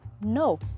No